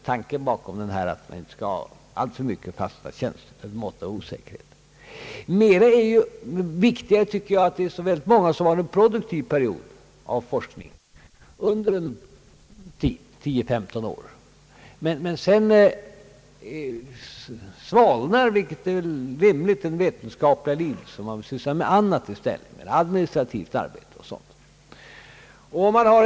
Tanken bakom förslaget är att man inte skall ha alltför många fasta tjänster. En viktig sak är att många har en produktiv period av forskning under säg 10—15 år. Sedan svalnar — vilket väl är rimligt — ofta den vetenskap liga lidelsen, och man vill syssla med annat i stället, administrativt arbete eller liknande.